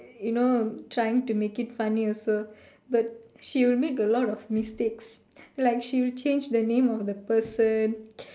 you know trying to make it funny also but she will make a lot of mistakes like she will change the name of the person